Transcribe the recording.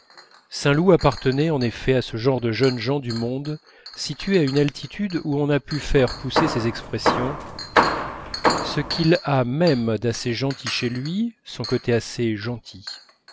saint loup appartenait en effet à ce genre de jeunes gens du monde situés à une altitude où on ait pu faire pousser ces expressions ce qu'il y a même d'assez gentil chez lui son côté assez gentil